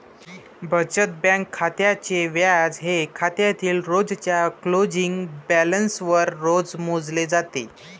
बचत बँक खात्याचे व्याज हे खात्यातील रोजच्या क्लोजिंग बॅलन्सवर रोज मोजले जाते